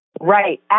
Right